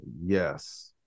Yes